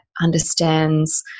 understands